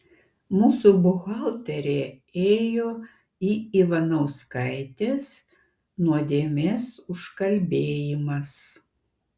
mūsų buhalterė ėjo į ivanauskaitės nuodėmės užkalbėjimas